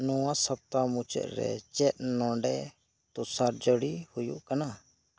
ᱱᱚᱶᱟ ᱥᱚᱯᱛᱟ ᱢᱩᱪᱟᱹᱛ ᱨᱮ ᱪᱮᱫ ᱱᱚᱰᱮ ᱛᱩᱥᱟᱨ ᱡᱟᱲᱤ ᱦᱳᱭᱳᱜ ᱠᱟᱱᱟ